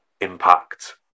impact